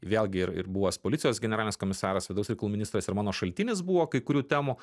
vėlgi ir ir buvęs policijos generalinis komisaras vidaus reikalų ministras ir mano šaltinis buvo kai kurių temų